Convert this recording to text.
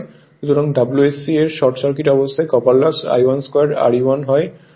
সুতরাং WSC এর short circuit অবস্থায় কপার লস I12Re1 হয়